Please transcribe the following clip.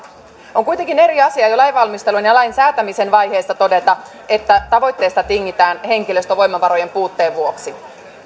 on kuitenkin eri asia jo lainvalmistelun ja lain säätämisen vaiheessa todeta että tavoitteesta tingitään henkilöstövoimavarojen puutteen vuoksi